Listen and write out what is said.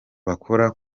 bakora